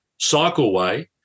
cycleway